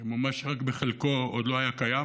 שמומש רק בחלקו, עוד לא היה קיים,